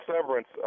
severance